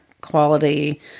quality